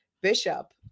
Bishop